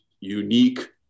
unique